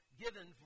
given